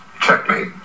Checkmate